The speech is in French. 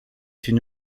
une